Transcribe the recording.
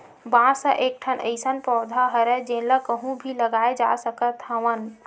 बांस ह एकठन अइसन पउधा हरय जेन ल कहूँ भी लगाए जा सकत हवन